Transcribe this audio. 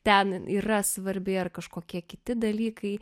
ten yra svarbi ar kažkokie kiti dalykai